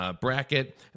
bracket